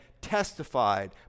testified